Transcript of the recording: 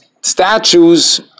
statues